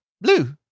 Blue